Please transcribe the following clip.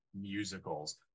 musicals